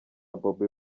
bobi